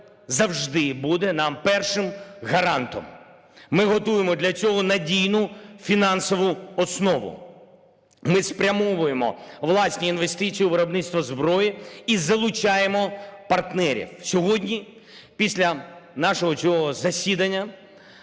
завжди буде нам першим гарантом. Ми готуємо для цього надійну фінансову основу. Ми спрямовуємо власні інвестиції у виробництво зброї і залучаємо партнерів. Сьогодні після нашого цього засідання